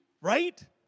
right